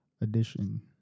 edition